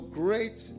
great